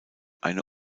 eine